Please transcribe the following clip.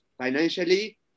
financially